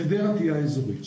חדרה תהיה האזורית.